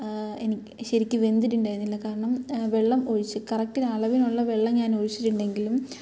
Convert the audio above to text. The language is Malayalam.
എനിക്ക് ശരിക്ക് വെന്തിട്ടുണ്ടായിരുന്നില്ല കാരണം വെള്ളം ഒഴിച്ച് കറക്റ്റ് ഒരളവിനൊള്ള വെള്ളം ഞാൻ ഒഴിച്ചിട്ടുണ്ടെങ്കിലും